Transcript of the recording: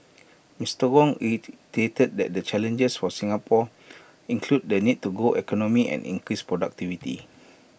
Mister Wong reiterated that the challenges for Singapore include the need to grow the economy and increase productivity